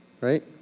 Right